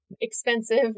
expensive